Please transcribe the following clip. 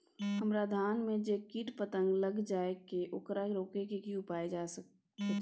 हमरा धान में जे कीट पतंग लैग जाय ये ओकरा रोके के कि उपाय भी सके छै?